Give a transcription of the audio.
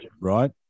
right